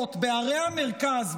וצעירות בערי המרכז,